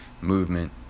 movement